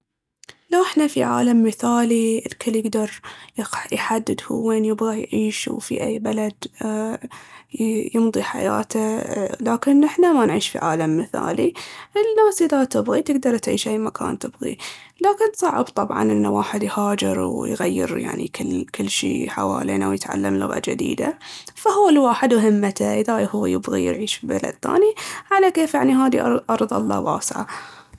لو احنا في عالم مثالي الكل يقدر يحدد هو وين يبغا يعيش وفي أي بلد يمضي حياته، لكن احنا ما نعيش في عالم مثالي. الناس اذا تبغي تقدر تعيش أي مكان تبغي، لكن صعب طبعاً ان الواحد يهاجر ويغير يعني كل شي حوالينه ويتعلم لغة جديدة، فهو الواحد وهمّته، اذا هو يبغي يعيش في بلد ثاني على كيفه. يعني هاذي أرض الله واسعة.